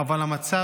אבל המצב,